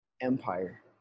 empire